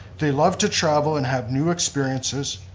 they love to travel and have new experiences.